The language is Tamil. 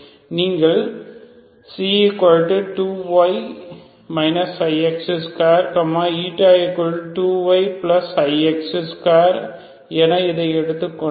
நீங்கள் ξ2y ix2 η2yix2என இதை எடுத்துக் கொண்டால்